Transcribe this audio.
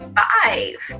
five